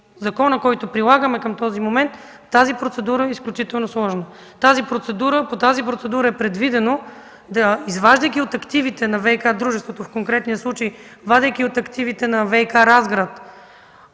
закон, който прилагаме към този момент, процедурата е изключително сложна. По тази процедура е предвидено, изваждайки от активите на ВиК-дружеството – в конкретния случай вадейки от активите на ВиК – Разград,